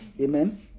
Amen